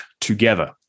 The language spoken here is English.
together